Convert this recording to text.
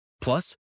Plus